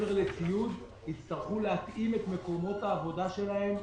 מעבר לציוד יצטרכו להתאים את מקומות העבודה שלהם מחדש,